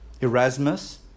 Erasmus